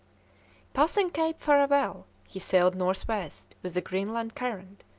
passing cape farewell, he sailed north-west with the greenland current,